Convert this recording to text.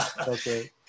Okay